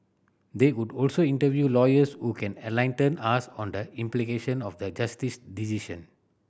they would also interview lawyers who can enlighten us on the implication of the Justice decision